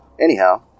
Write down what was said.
Anyhow